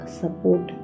support